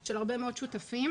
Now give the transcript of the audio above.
של הרבה מאוד שותפים.